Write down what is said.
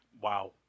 Wow